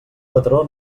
patró